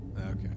Okay